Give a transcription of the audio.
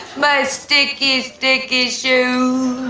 my stake is take issue